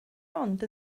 ond